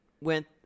went